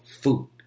food